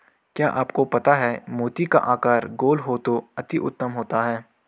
क्या आपको पता है मोती का आकार गोल हो तो अति उत्तम होता है